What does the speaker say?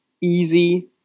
easy